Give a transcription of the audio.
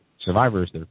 survivors